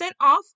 off